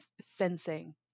sensing